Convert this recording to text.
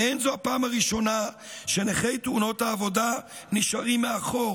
אין זו הפעם הראשונה שנכי תאונות העבודה נשארים מאחור,